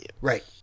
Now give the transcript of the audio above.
Right